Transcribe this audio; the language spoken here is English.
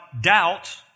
doubt